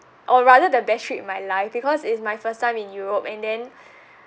or rather the best trip in my life because it's my first time in europe and then